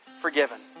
forgiven